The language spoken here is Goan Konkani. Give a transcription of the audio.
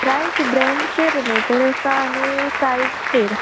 प्रायस ब्रँडचेर रिलेटेड आसा आनी सायजचेर